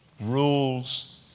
rules